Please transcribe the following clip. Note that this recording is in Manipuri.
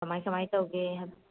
ꯀꯃꯥꯏ ꯀꯃꯥꯏꯅ ꯇꯧꯒꯦ